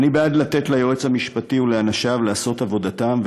אני בעד לתת ליועץ המשפטי ולאנשיו לעשות עבודתם,